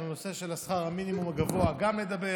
גם על הנושא של שכר המינימום הגבוה נדבר.